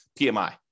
PMI